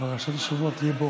פרשת השבוע תהיה: